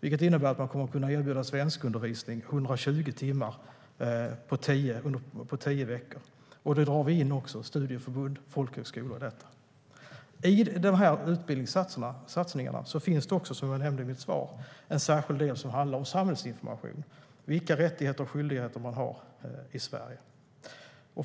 vilket innebär att man kommer att kunna erbjuda 120 timmar svenskundervisning på tio veckor. Vi drar även in studieförbund och folkhögskolor i detta. I utbildningsinsatserna finns, som jag nämnde i mitt svar, en särskild del som handlar om samhällsinformation - vilka rättigheter och skyldigheter man har i Sverige.